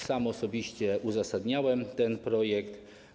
Sam osobiście uzasadniałem ten projekt.